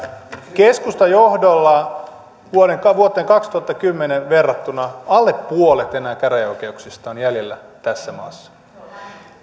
keskustan johdolla vuoteen vuoteen kaksituhattakymmenen verrattuna alle puolet enää käräjäoikeuksista on jäljellä tässä maassa